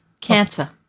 cancer